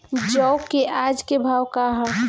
जौ क आज के भाव का ह?